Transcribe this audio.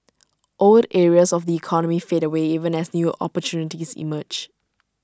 old areas of the economy fade away even as new opportunities emerge